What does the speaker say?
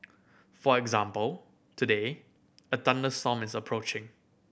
for example today a thunderstorm is approaching